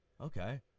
okay